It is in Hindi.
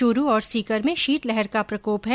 चूरू और सीकर में शीत लहर का प्रकोप है